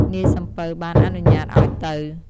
នាយសំពៅបានអនុញ្ញាតឱ្យទៅ។